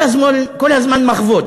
כל הזמן מחוות.